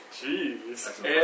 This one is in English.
Jeez